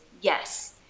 Yes